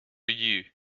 you